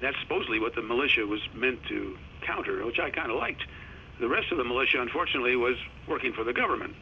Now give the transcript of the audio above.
that supposedly what the militia was meant to counter which i kind of liked the rest of the militia unfortunately was working for the government